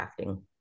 crafting